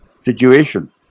situation